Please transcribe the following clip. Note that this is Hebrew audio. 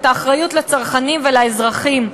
את האחריות לצרכנים ולאזרחים,